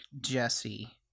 Jesse